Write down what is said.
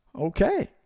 Okay